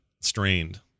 strained